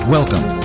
Welcome